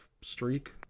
streak